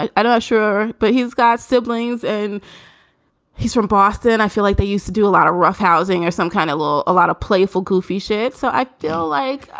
not sure. but he's got siblings and he's from boston. i feel like they used to do a lot of roughhousing or some kind of law. a lot of playful, goofy shit so i feel like,